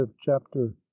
chapter